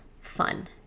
fun